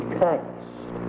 Christ